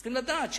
צריכים לדעת,